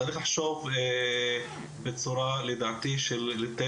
אני הקשבתי לכל הדיון